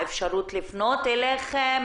האפשרות לפנות אליכם?